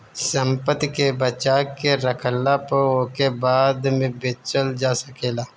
संपत्ति के बचा के रखला पअ ओके बाद में बेचल जा सकेला